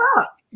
up